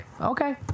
okay